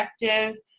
effective